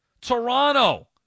Toronto